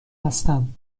هستم